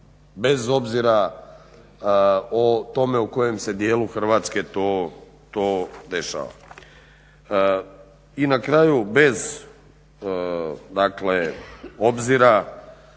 bez obzira o tome u kojem se dijelu Hrvatske to dešava. I na kraju bez obzira